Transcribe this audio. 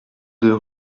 deux